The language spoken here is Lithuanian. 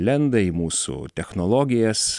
lenda į mūsų technologijas